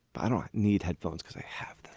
i don't need headphones cause i have.